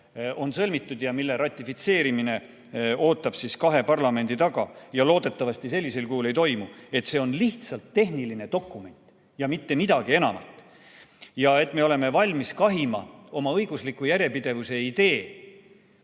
on sõlmitud ja mille ratifitseerimine ootab kahe parlamendi taga ning mis loodetavasti sellisel kujul ei toimu, on lihtsalt tehniline dokument ja mitte midagi enamat. Ja et me oleme valmis kahima oma õigusliku järjepidevuse idee